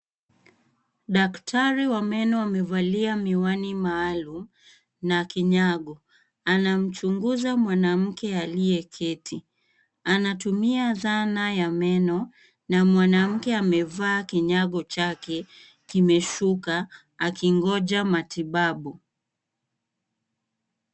Daktari wa meno amevalia miwani maalum na kinyago, anamchunguza mwanamke aliyeketi. Anatumia zana ya meno na mwanamke amevaa kinyago chake kimeshuka, akingoja matibabu.